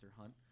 Hunt